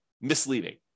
misleading